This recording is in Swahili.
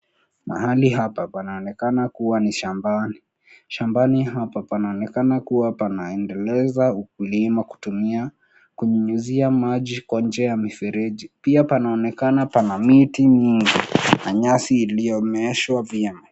Mahali hapa panaonekana kuwa ni shambani. Shambani hapa panaonekana kuwa panaendeleza ukulima kutumia kunyunyizia maji kwa njia ya mifereji, pia panaonekana pana miti nyingi na nyasi iliyomeeshwa vyema.